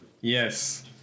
Yes